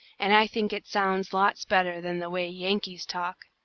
and i think it sounds lots better than the way yankees talk.